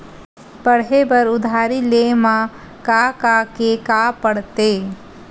पढ़े बर उधारी ले मा का का के का पढ़ते?